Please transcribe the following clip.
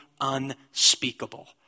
unspeakable